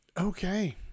Okay